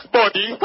body